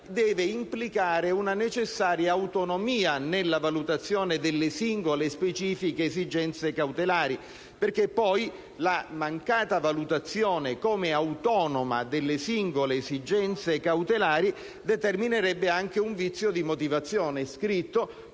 deve implicare una necessaria autonomia nella valutazione delle singole specifiche esigenze cautelari, perché poi la mancata valutazione autonoma delle singole esigenze cautelari determinerebbe anche un vizio di motivazione - è scritto